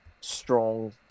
strong